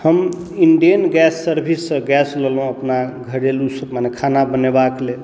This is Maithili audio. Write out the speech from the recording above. हम इण्डेन गैस सर्विस से गैस लेलहुँ अपना घरेलु मने खाना बनेबाके लेल